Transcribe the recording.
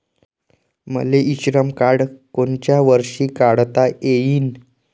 मले e Shram card कोनच्या वर्षी काढता येईन?